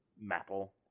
metal